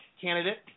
candidate